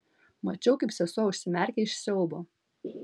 mačiau kaip sesuo užsimerkia iš siaubo